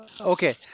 Okay